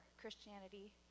Christianity